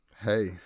Hey